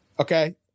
Okay